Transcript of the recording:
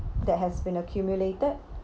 that has been accumulated